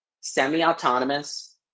semi-autonomous